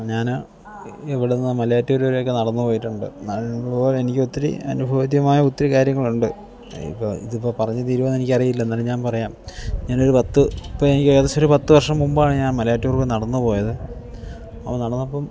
ഞാൻ ഇവിടെനിന്ന് മലയാറ്റൂർ വരെയൊക്കെ നടന്നു പോയിട്ടുണ്ട് നടക്കുമ്പോൾ എനിക്ക് ഒത്തിരി അനുഭവവേദ്യമായ ഒത്തിരി കാര്യങ്ങളുണ്ട് ഇപ്പോൾ ഇതിപ്പോൾ പറഞ്ഞു തീരുമോയെന്ന് എനിക്കറിയില്ല എന്നാലും ഞാൻ പറയാം ഞാനൊരു പത്ത് ഇപ്പോൾ എനിക്ക് ഏകദേശം ഒരു പത്തു വർഷം മുമ്പാണ് ഞാൻ മലയാറ്റൂരിലേക്ക് നടന്നു പോയത് അപ്പം നടന്നപ്പം